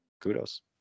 kudos